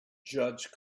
judge